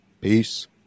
Peace